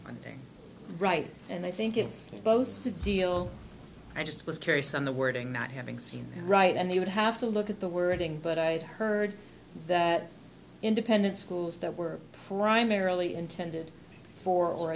funding right and i think it's both to deal i just was curious on the wording not having seen right and they would have to look at the wording but i had heard that independent schools that were primarily intended for